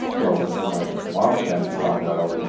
well, when my mom's family found out i was in,